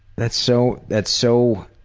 that's so that's so